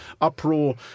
uproar